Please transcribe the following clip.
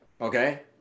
Okay